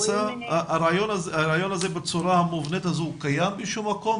הרעיון הזה בצורה המובנית הזו קיים באיזשהו מקום?